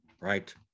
Right